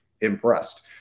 impressed